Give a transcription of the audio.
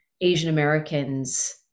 Asian-Americans